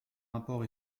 rapport